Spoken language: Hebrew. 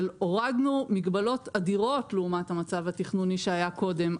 אבל הורדנו מגבלות אדירות לעומת המצב התכנוני שהיה קודם,